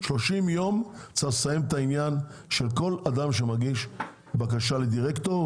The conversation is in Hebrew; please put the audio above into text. שלושים יום צריך לסיים את העניין של כל אדם שמגיש בקשה לדירקטור,